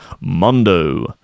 Mondo